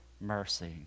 mercy